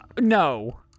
No